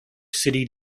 city